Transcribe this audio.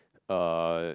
uh